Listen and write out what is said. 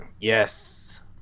Yes